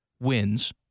wins